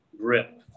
grip